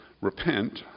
Repent